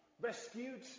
Rescued